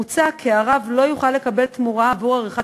מוצע כי הרב לא יוכל לקבל תמורה עבור עריכת